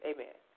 Amen